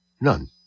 none